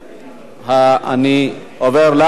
אני עובר להצבעה.